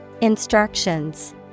Instructions